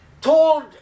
told